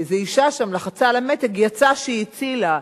איזו אשה שם לחצה על המתג, יצא שהיא הצילה.